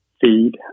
feed